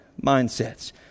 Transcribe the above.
mindsets